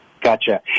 Gotcha